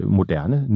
moderne